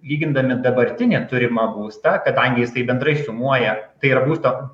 lygindami dabartinį turimą būstą kadangi jisai bendrai sumuoja tai yra būsto